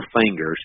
fingers